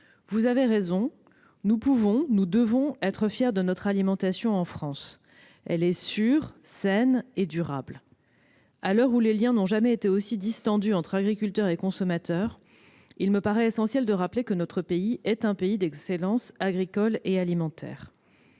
Vous avez raison, nous pouvons et nous devons être fiers de notre alimentation en France. Elle est sûre, saine et durable. À l'heure où les liens n'ont jamais été aussi distendus entre agriculteurs et consommateurs, il me paraît essentiel de rappeler que notre pays est un pays d'excellence agricole et alimentaire.